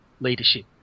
leadership